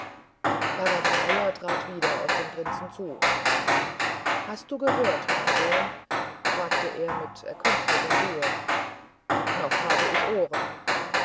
bharadvaja trat wieder auf den prinzen zu hast du gehört mein sohn fragte er mit erkünstelter ruhe noch habe ich ohren